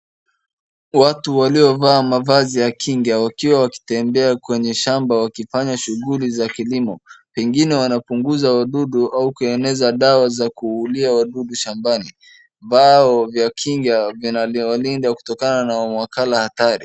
Watu walio vaa mavazi ya kinga wakiwa wakitembea kwenye shamba wakiwa wakifanya shughuli za kilimo wengine wanapunguza wadudu au kueneza dawa za kuulia wadudu shambani bao vya kinga vinawalinda kutokana na mwakala hatari.